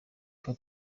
hop